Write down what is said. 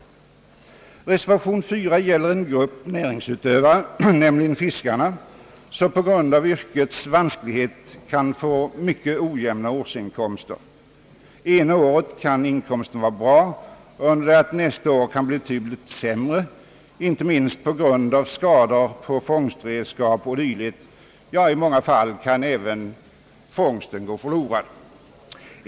Reservation nr 4 gäller en grupp näringsutövare, nämligen fiskarna, som på grund av yrkets vanskligheter kan få mycket ojämna årsinkomster. Det ena året kan inkomsten vara bra, under det att inkomsten nästa år kan vara betydligt sämre, inte minst på grund av skador på fångstredskap och dylikt. Ja, i många fall kan även fångsten gå förlorad.